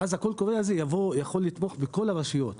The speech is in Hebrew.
ואז הקול קורא הזה יכול לתמוך בכל הרשויות.